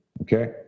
Okay